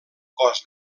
cos